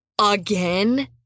again